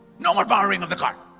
no more borrowing of the car.